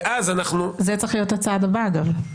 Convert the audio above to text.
זה צריך להיות הצעד הבא, אגב.